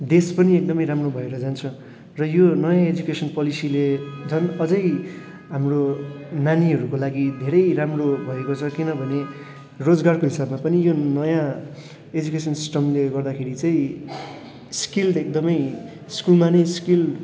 देश पनि एकदमै राम्रो भएर जान्छ र यो नयाँ एजुकेसन पोलिसीले झन् अझै हाम्रो नानीहरूको लागि धेरै राम्रो भएको छ किनभने रोजगारको हिसाबमा पनि यो नयाँ एजुकेसन सिस्टमले गर्दाखेरि चाहिँ स्किल्ड एकदमै स्कुलमा नि स्किल्ड